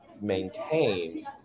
maintain –